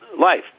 life